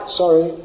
sorry